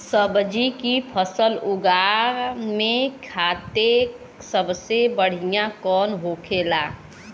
सब्जी की फसल उगा में खाते सबसे बढ़ियां कौन होखेला?